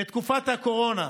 בתקופת הקורונה,